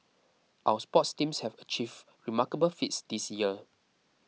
our sports teams have achieved remarkable feats this year